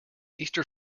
easter